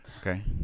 Okay